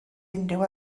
unrhyw